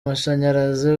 mashanyarazi